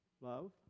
Love